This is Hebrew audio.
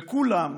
וכולם,